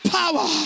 power